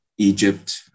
Egypt